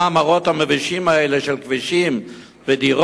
רואים את המראות המבישים האלה של כבישים ודירות,